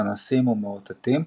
פנסים ומאותתים,